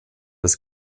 das